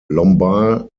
lombard